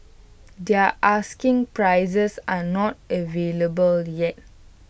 their asking prices are not available yet